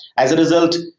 as a result,